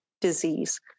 disease